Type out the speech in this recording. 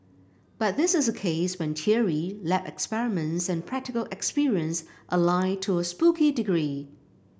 but this is a case when theory lab experiments and practical experience align to a spooky degree